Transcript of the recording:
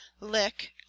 lick